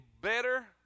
better